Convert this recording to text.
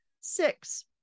Six